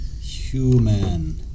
Human